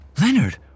Leonard